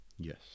Yes